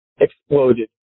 exploded